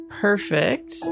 perfect